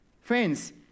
friends